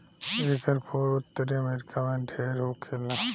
एकर फूल उत्तरी अमेरिका में ढेर होखेला